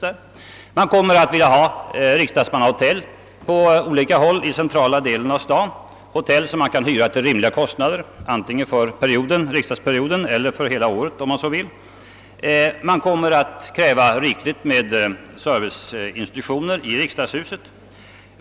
Man kommer vidare att vilja ha riksdagsmannahotell på olika håll i centrala delen av staden, där rum kan hyras till rimliga kostnader antingen för riksdagsperioden eller för hela året. Man kommer att kräva rikligt med serviceinstitutioner i riksdagshuset.